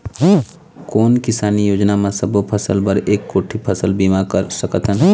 कोन किसानी योजना म सबों फ़सल बर एक कोठी फ़सल बीमा कर सकथन?